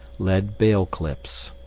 lead bale clips